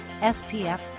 SPF